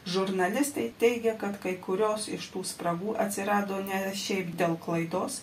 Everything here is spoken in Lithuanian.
žurnalistai teigia kad kai kurios iš tų spragų atsirado ne šiaip dėl klaidos